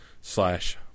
slash